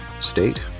state